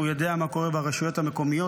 הוא יודע מה קורה ברשויות המקומיות,